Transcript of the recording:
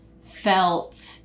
felt